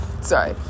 sorry